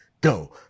go